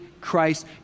Christ